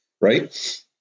right